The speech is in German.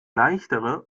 leichtere